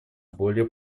более